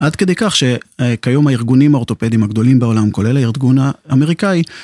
עד כדי כך שכיום הארגונים האורתופדיים הגדולים בעולם, כולל הארגון האמריקאי